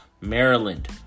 Maryland